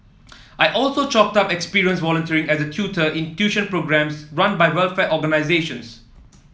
I also chalked up experience volunteering as a tutor in tuition programmes run by welfare organisations